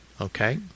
Okay